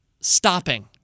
stopping